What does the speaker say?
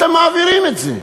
אתם מעבירים את זה.